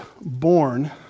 born